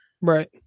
Right